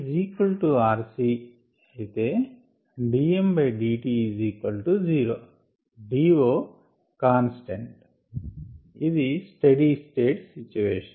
IfrirCdmdt0DOకాన్స్టెంట్ ఇది steady state situation